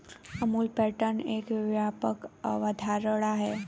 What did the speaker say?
Amul pattern एक व्यापक अवधारणा है